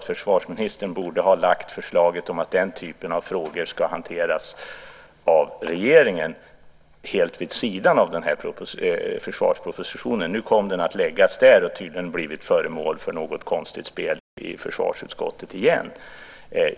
Försvarsministern borde ha lagt fram förslag om att den här typen av frågor ska hanteras av regeringen helt vid sidan av den här försvarspropositionen. Nu kom den tyvärr att läggas fram här och har tydligen blivit föremål för något konstigt spel i försvarsutskottet igen.